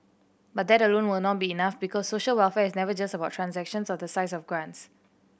but that alone will not be enough because social welfare is never just about transactions or the size of grants